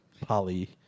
poly-